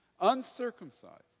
uncircumcised